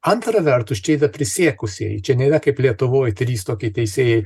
antra vertus čia yra prisiekusieji čia nėra kaip lietuvoj trys tokie teisėjai